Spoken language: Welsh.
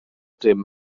dim